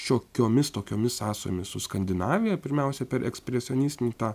šiokiomis tokiomis sąsajomis su skandinavija pirmiausia per ekspresionistinį tą